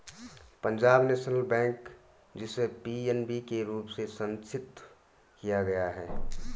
Punjab national bank, जिसे PNB के रूप में संक्षिप्त किया गया है